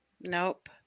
nope